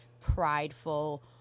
prideful